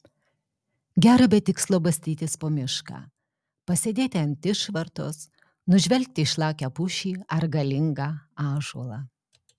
gera be tikslo bastytis po mišką pasėdėti ant išvartos nužvelgti išlakią pušį ar galingą ąžuolą